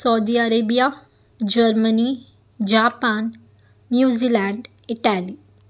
Saudi Arabia Germany Japan New Zealand Italy